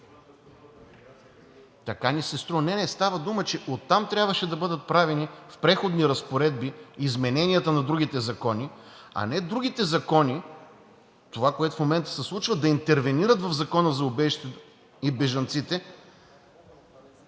Така ни се струва. Не, не, става дума, че оттам трябваше да бъдат правени в Преходни разпоредби измененията на другите закони, а не другите закони – това, което в момента се случва, да интервенират в Закона за убежището и бежанците.